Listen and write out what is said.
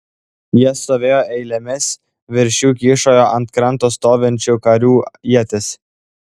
jie stovėjo eilėmis virš jų kyšojo ant kranto stovinčių karių ietys